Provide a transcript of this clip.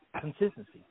consistency